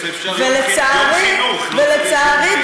ולצערי,